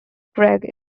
gregg